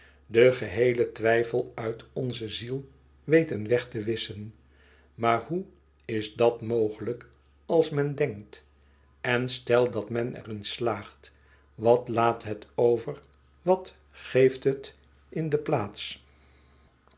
den geheelen twijfel uit onze ziel weten weg te wisschen maar hoe is dat mogelijk als men denkt en stel dat men er in slaagt wat laat het over wat geeft het in de plaats